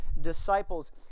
disciples